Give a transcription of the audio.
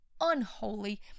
unholy